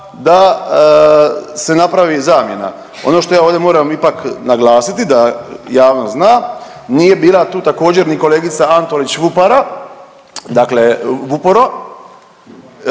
da se napravi zamjena. Ono što ja ovdje moram ipak naglasiti da javnost zna, nije bila tu također ni kolegica Antolić Vupora dakle Vupora